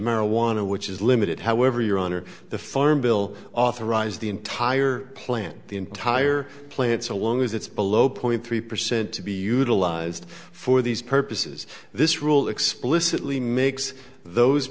marijuana which is limited however your honor the farm bill authorized the entire plant the entire plant so long as it's below point three percent to be utilized for these purposes this rule explicitly makes those